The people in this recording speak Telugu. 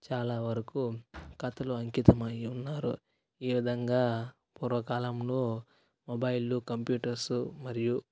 చాలా వరకు కథలు అంకితమై ఉన్నారు ఈ విధంగా పూర్వకాలంలో మొబైళ్ళు కంప్యూటర్సు మరియు